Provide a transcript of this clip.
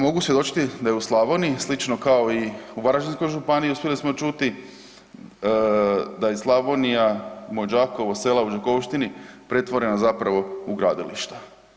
Mogu svjedočiti da je u Slavoniji slično kao i u Varaždinskoj županiji uspjeli smo čuti, da je Slavonija, moje Đakovo, sela u Đakovštini pretvoreno u gradilišta.